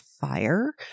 fire